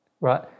Right